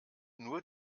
nur